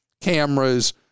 cameras